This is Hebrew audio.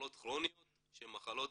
כרוניות שהן מחלות